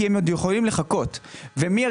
כי הם יכולים לחכות עוד.